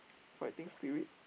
fighting spirit